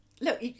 Look